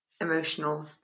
emotional